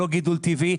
לא גידול טבעי,